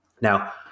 Now